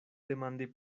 demandi